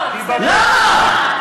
למה?